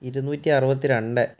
ഇരുന്നൂറ്റി അറുപത്തി രണ്ടേ